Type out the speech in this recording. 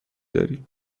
داری